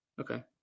Okay